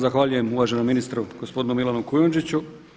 Zahvaljujem uvaženom ministru gospodinu Milanu Kujundžiću.